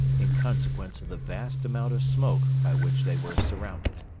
in consequence of the vast amount of smoke by which they were surrounded.